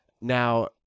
Now